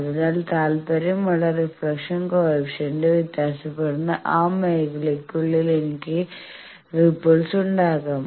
അതിനാൽ താൽപ്പര്യമുള്ള reflection coefficient വ്യത്യാസപ്പെടുന്ന ആ മേഖലയ്ക്കുള്ളിൽ എനിക്ക് റിപ്പ്ൾസ് ഉണ്ടാകാം